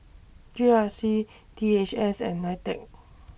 G R C D H S and NITEC